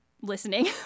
listening